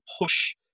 push